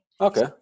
Okay